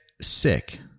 sick